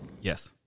Yes